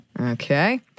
Okay